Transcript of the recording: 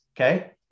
okay